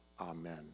Amen